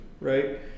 right